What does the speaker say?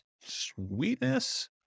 Sweetness